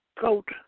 coat